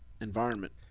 environment